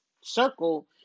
circle